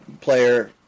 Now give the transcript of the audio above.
player